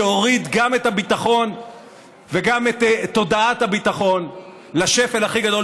שהוריד גם את הביטחון וגם את תודעת הביטחון לשפל הכי גדול,